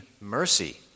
mercy